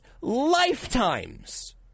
lifetimes